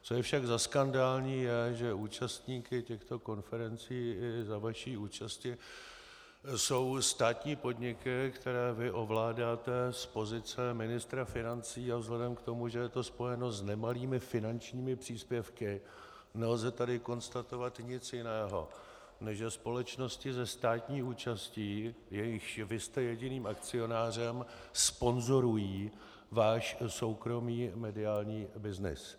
Co je však za skandální, je, že účastníky těchto konferencí i za vaší účasti jsou státní podniky, které vy ovládáte z pozice ministra financí, a vzhledem k tomu, že je to spojeno s nemalými finančními příspěvky, nelze tady konstatovat nic jiného, než že společnosti se státní účastí, jejichž vy jste jediným akcionářem, sponzorují váš soukromý mediální byznys.